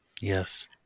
Yes